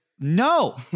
No